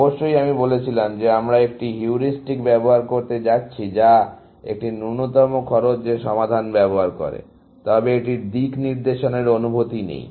অবশ্যই আমি বলেছিলাম যে আমরা একটি হিউরিস্টিক ব্যবহার করতে যাচ্ছি যা একটি ন্যূনতম খরচ সমাধান ব্যবহার করে তবে এটির দিকনির্দেশের অনুভূতি নেই